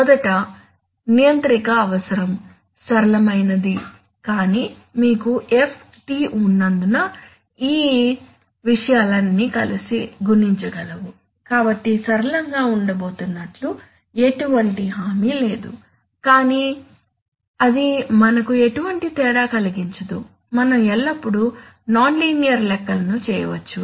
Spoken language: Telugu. మొదట నియంత్రిక అవసరం సరళమైనది కాని మీకు F T ఉన్నందున ఈ విషయాలన్నీ కలిసి గుణించగలవు కాబట్టి సరళంగా ఉండబోతున్నట్లు ఎటువంటి హామీ లేదు కాని అది మనకు ఎటువంటి తేడా కలిగించదు మనం ఎల్లప్పుడూ నాన్ లినియర్ లెక్కలను చేయవచ్చు